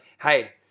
Hey